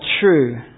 true